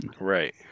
Right